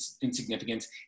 insignificance